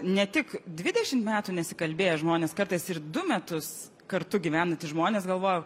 ne tik dvidešim metų nesikalbėję žmonės kartais ir du metus kartu gyvenantys žmonės galvoja